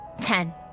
Ten